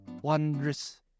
wondrous